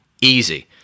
Easy